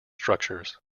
structures